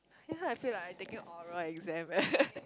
ya I feel like I taking oral exam eh